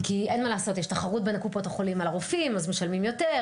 כי אין מה לעשות: יש תחרות בין קופות החולים על הרופאים אז משלמים יותר,